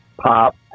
pop